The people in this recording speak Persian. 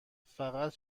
فقط